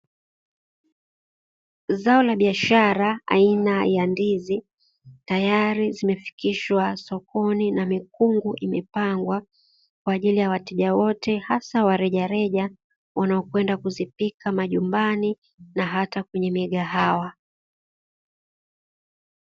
Zao la biashara aina ya ndizi tayari zimefikishwa sokoni na mikungu imepangwa kwaajili ya wateja wote, hasa wa rejareja wanao kwenda kuzipika majumbani na hata kwenye migahawa.